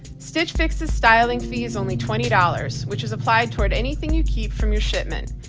stitch fix's styling fee is only twenty dollars, which is applied toward anything you keep from your shipment.